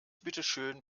bitteschön